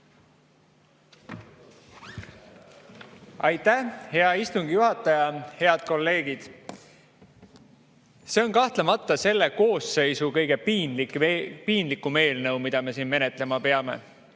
Aitäh, hea istungi juhataja! Head kolleegid! See on kahtlemata selle koosseisu kõige piinlikum eelnõu, mida me siin menetlema peame.